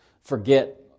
forget